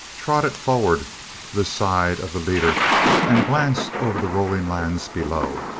trotted forward to the side of the leader and glanced over the rolling lands below.